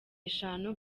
eshanu